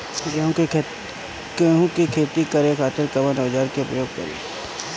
गेहूं के खेती करे खातिर कवन औजार के प्रयोग करी?